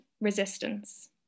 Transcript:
resistance